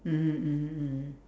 mmhmm mmhmm mmhmm